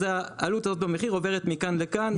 אז העלות הזו במחיר עוברת מכאן לכאן.